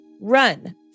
run